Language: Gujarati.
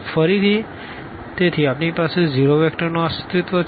ફરીથી તેથી આપણી પાસે 0 વેક્ટરનું આ અસ્તિત્વ છે